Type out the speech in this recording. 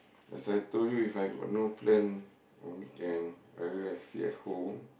as I told you If I got no plan on weekend rather than sit at home